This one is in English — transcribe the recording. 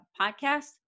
podcast